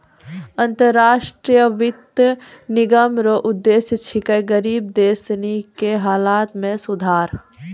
अन्तर राष्ट्रीय वित्त निगम रो उद्देश्य छिकै गरीब देश सनी के हालत मे सुधार